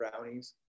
brownies